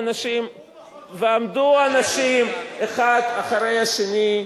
עמדו אנשים האחד אחרי השני,